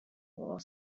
war